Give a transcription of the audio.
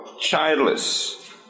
childless